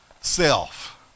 self